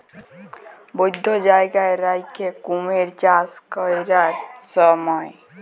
বধ্য জায়গায় রাখ্যে কুমির চাষ ক্যরার স্যময়